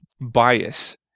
bias